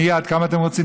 מייד: כמה אתם רוצים?